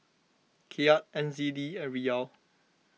Kyat N Z D and Riyal